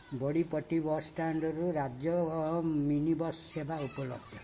Badipatti bus ଷ୍ଟାଣ୍ଡରୁ ରାଜ୍ୟ minibus ସେବା ଉପଲବ୍ଧ